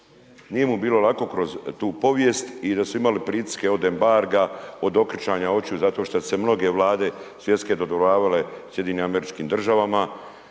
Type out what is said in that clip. nije mu bilo lako kroz tu povijest i da su imali pritiske od embarga, od okretanja očiju zato što su se mnoge vlade svjetske dodvoravale SAD-u, što su oni uzrokovali